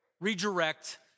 Redirect